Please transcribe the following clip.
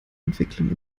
entwicklung